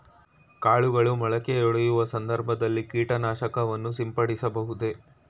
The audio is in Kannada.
ಕಾಳುಗಳು ಮೊಳಕೆಯೊಡೆಯುವ ಸಂದರ್ಭದಲ್ಲಿ ಕೀಟನಾಶಕವನ್ನು ಸಿಂಪಡಿಸಬಹುದೇ?